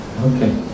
Okay